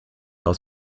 aus